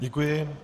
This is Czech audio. Děkuji.